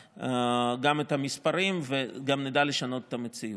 את המספרים וגם נדע לשנות את המציאות.